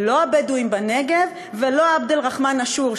לא הבדואים בנגב ולא עבד אלרחמן עאשור,